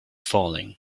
falling